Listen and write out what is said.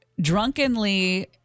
drunkenly